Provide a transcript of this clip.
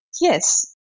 Yes